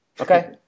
Okay